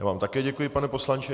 Já vám také děkuji, pane poslanče.